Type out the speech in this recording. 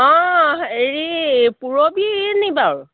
অঁ হেৰি পূৰবীনি বাৰু